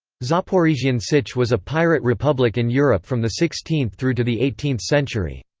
zaporizhian sich was a pirate republic in europe from the sixteenth through to the eighteenth century.